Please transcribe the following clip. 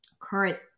current